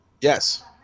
Yes